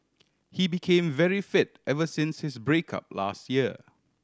he became very fit ever since his break up last year